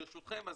ברשותכם,